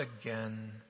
again